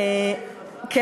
השפיעו עלייך חזק.